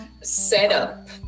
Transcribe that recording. setup